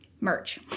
merch